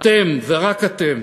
אתם ורק אתם